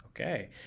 Okay